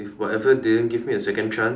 whatever didn't give me a second chance